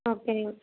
okay